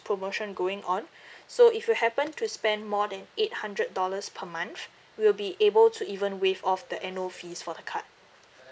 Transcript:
promotion going on so if you happen to spend more than eight hundred dollars per month we'll be able to even waive off the annual fees for the card